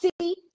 see